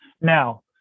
Now